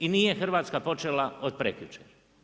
I nije Hrvatska počela od prekjučer.